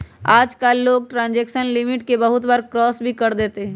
आजकल लोग transaction limit के बहुत बार क्रास भी कर देते हई